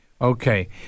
Okay